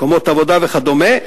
מקומות עבודה וכדומה,